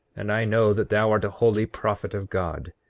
and i know that thou art a holy prophet of god,